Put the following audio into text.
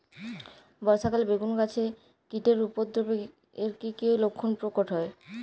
বর্ষা কালে বেগুন গাছে কীটের উপদ্রবে এর কী কী লক্ষণ প্রকট হয়?